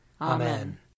Amen